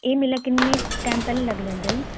ਇਹ ਮੇਲਾ ਕਿੰਨੇ ਟਾਈਮ ਪਹਿਲਾਂ ਲੱਗ ਜਾਂਦਾ ਜੀ